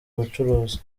ubucuruzi